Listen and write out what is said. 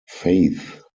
faith